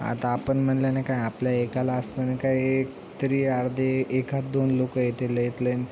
आता आपण म्हणल्याने काय आपल्या एकाला असल्याने काय एक तरी अर्धे एखाद दोन लोकं येतील इथले